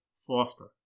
Foster